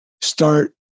start